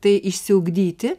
tai išsiugdyti